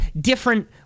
different